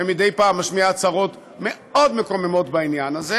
שמדי פעם משמיע הצהרות מאוד מקוממות בעניין הזה.